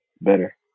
better